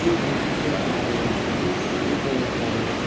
جی جی تو کوئی مسئلہ نہیں ہے جی کوئی مسئلہ نہیں